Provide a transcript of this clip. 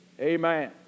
Amen